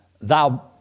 thou